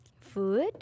Food